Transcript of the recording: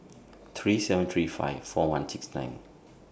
three seven three five four one six nine